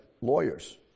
lawyers